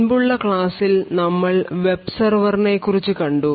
മുൻപ് ഉള്ള ക്ലാസ്സിൽ നമ്മൾ വെബ് സർവർ നെക്കുറിച്ച് കണ്ടു